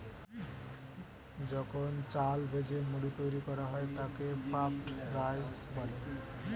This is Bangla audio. যখন চাল ভেজে মুড়ি তৈরি করা হয় তাকে পাফড রাইস বলে